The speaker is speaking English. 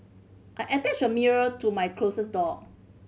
I attached a mirror to my closset door